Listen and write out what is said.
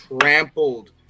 trampled